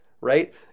right